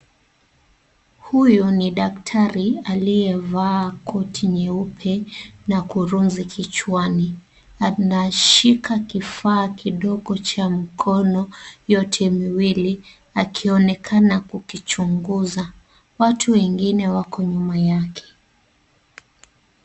Huyu ni daktari aliyevaa koti nyeupe na kurunzi kichwani, anashika kifaa kidogo cha mkono yote miwili akionekana kukichunguza. Watu wengine wako nyuma yake.